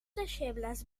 deixebles